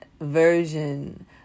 version